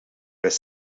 their